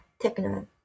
techno